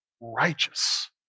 righteous